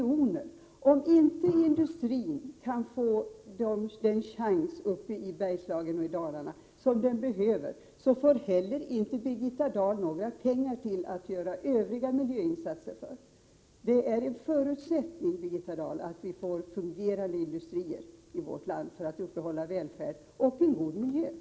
Om inte industrin i Bergslagen och Dalarna kan få den chans som den behöver, får inte heller Birgitta Dahl några pengar att göra övriga miljöinsatser för. Det är en förutsättning för att upprätthålla välfärden och en god miljö att vi får fungerande industrier i vårt land.